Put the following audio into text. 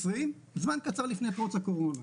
זמן קצר לפני פרוץ הקורונה.